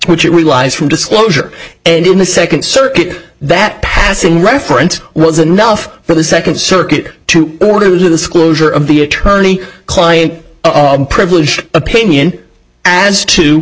it relies from disclosure and in the second circuit that passing reference was enough for the second circuit to order the schools or of the attorney client privilege opinion as to